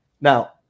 Now